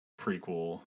Prequel